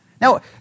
Now